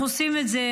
אנחנו עושים את זה.